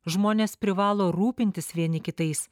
žmonės privalo rūpintis vieni kitais